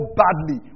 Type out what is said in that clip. badly